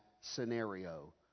scenario